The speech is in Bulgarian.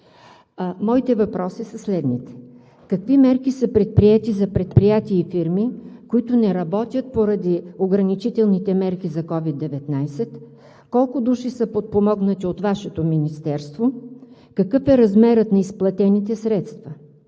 Моите въпроси са следните: какви мерки са предприети за предприятия и фирми, които не работят поради ограничителните мерки за COVID-19; колко души са подпомогнати от Вашето министерство; какъв е размерът на изплатените средства,